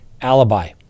alibi